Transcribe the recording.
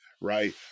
right